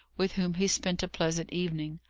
with whom he spent a pleasant evening,